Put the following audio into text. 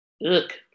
look